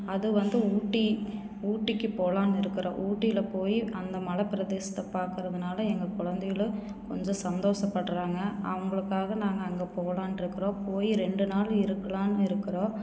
அது வந்து ஊட்டி ஊட்டிக்கு போகலான்னு இருக்கிறோம் ஊட்டியில போய் அந்த மலை பிரதேசத்த பார்க்கறதுனால எங்கள் குழந்தைகளும் கொஞ்சம் சந்தோஷப்பட்றாங்க அவங்களுக்காக நாங்கள் அங்கே போகலான்னு இருக்கிறோம் போய் ரெண்டு நாள் இருக்கலான்னு இருக்கிறோம்